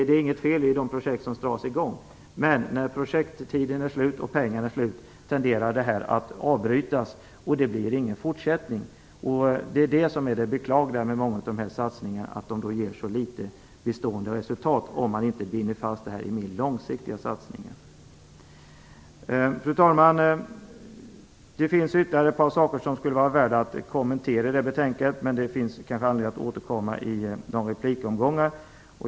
Det är inget fel i de projekt som sätts i gång, men när projekttiden och pengarna är slut brukar verksamheten avbrytas och det blir ingen fortsättning. Det är det som är det beklagliga med många av dessa satsningar, att de ger så litet bestående resultat om man inte binder pengarna för mer långsiktiga satsningar. Fru talman! Det finns ytterligare ett par saker i betänkandet som är värda att kommentera, men jag kan kanske återkomma under replikomgångarna.